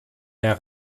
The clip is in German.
mehr